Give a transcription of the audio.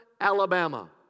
Alabama